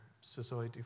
society